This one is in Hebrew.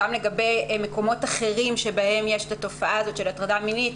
גם לגבי מקומות אחרים שבהם יש את התופעה של הטרדה מינית.